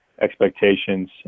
expectations